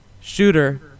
shooter